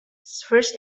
first